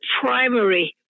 primary